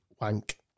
wank